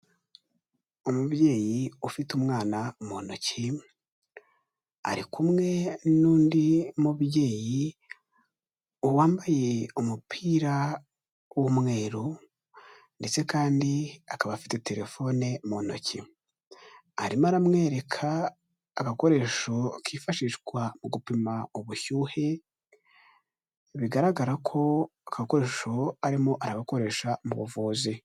Umubyeyi ufite umwana mu ntoki, ari kumwe n'undi mubyeyi wambaye umupira w'umweru ndetse kandi akaba afite telefone mu ntoki, arimo aramwereka agakoresho kifashishwa mu gupima ubushyuhe, bigaragara ko aka gakoresho arimo aragakoresha mu buvuzi.